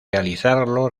realizarlo